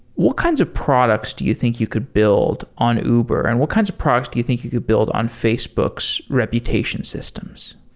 what kinds of products do you think you could build on uber and what kinds of products do you think you could build on facebook's reputation systems?